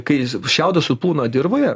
kai šiaudas supūna dirvoje